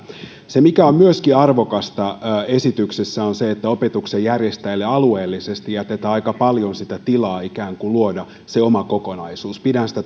esityksessä on myöskin arvokasta se että opetuksen järjestäjille alueellisesti jätetään aika paljon tilaa ikään kuin luoda se oma kokonaisuus pidän sitä